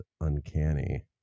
uncanny